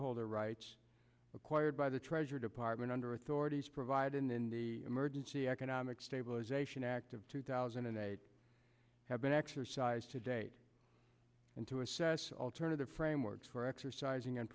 shareholder rights acquired by the treasury department under authorities provided in the emergency economic stabilization act of two thousand and eight have been exercised to date and to assess alternative frameworks for exercising and